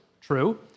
true